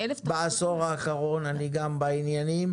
בעשור האחרון אני גם בעניינים.